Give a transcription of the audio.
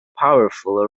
powerful